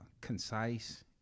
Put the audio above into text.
concise